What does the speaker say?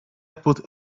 put